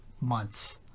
months